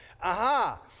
aha